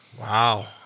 Wow